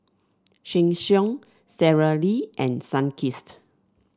Sheng Siong Sara Lee and Sunkist